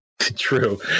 True